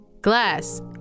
Glass